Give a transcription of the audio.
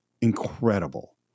incredible